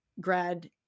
grad